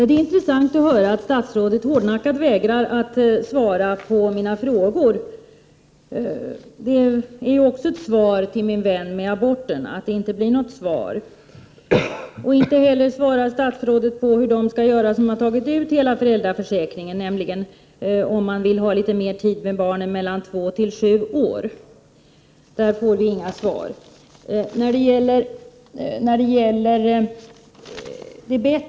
Fru talman! Det är intressant att statsrådet hårdnackat vägrar att svara på mina frågor. Att inte få något svar är också ett svar till min vän med aborten. Inte heller svarar statsrådet på hur de skall göra som har tagit ut hela föräldraförsäkringen men ändå vill ha litet mer tid med barnen mellan två och sju år. På detta får vi inga svar.